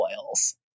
oils